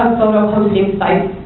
hosting sites,